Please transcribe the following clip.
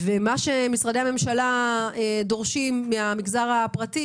ומה שמשרדי הממשלה דורשים מהמגזר הפרטי